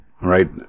right